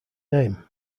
name